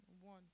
one